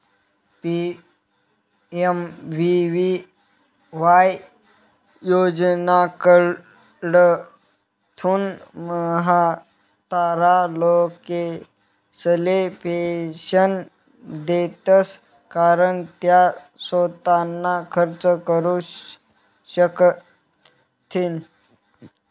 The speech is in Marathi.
पी.एम.वी.वी.वाय योजनाकडथून म्हातारा लोकेसले पेंशन देतंस कारण त्या सोताना खर्च करू शकथीन